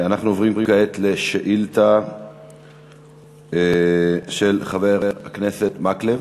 אנחנו עוברים לשאילתה של חבר הכנסת מקלב